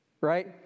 right